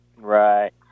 Right